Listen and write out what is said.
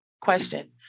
Question